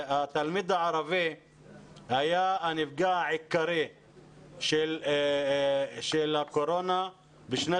בשנת הלימודים שהסתיימה התלמיד הערבי היה הנפגע העיקרי בתקופת הקרונה.